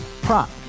Prop